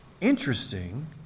interesting